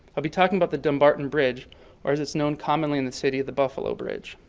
i'll be talking about the dumbarton bridge or as it's known commonly in the city, the buffalo bridge.